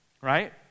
Right